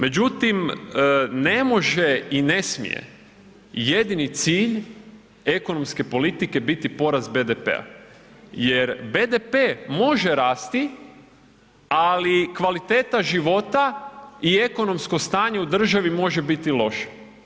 Međutim, ne može i ne smije jedini cilj ekonomske politike biti porast BDP-a jer BDP može rasti, ali kvaliteta života i ekonomsko stanje u državi može biti loše.